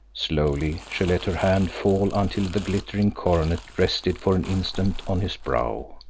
slowly she let her hand fall until the glittering coronet rested for an instant on his brow.